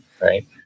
right